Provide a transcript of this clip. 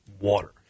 water